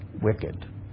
wicked